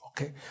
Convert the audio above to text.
okay